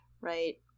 Right